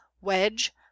Wedge